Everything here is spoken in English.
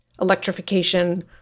electrification